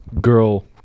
girl